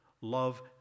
love